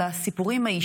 על השוטרים,